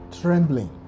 trembling